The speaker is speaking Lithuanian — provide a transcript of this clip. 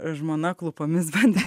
žmona klūpomis bandė